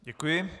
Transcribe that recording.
Děkuji.